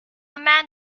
man